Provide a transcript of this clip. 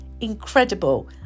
incredible